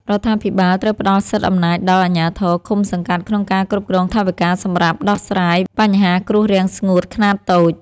រដ្ឋាភិបាលត្រូវផ្តល់សិទ្ធិអំណាចដល់អាជ្ញាធរឃុំសង្កាត់ក្នុងការគ្រប់គ្រងថវិកាសម្រាប់ដោះស្រាយបញ្ហាគ្រោះរាំងស្ងួតខ្នាតតូច។